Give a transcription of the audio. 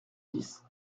dix